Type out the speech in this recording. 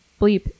bleep